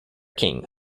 king